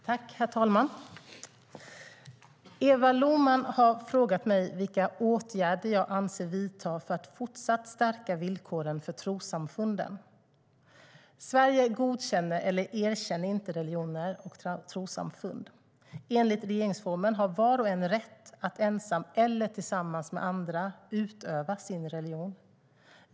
Herr talman! Eva Lohman har frågat mig vilka åtgärder jag avser att vidta för att fortsatt stärka villkoren för trossamfunden. Sverige godkänner eller erkänner inte religioner och trossamfund. Enligt regeringsformen har var och en rätt att ensam eller tillsammans med andra utöva sin religion.